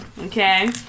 okay